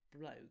bloke